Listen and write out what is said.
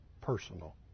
personal